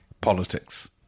politics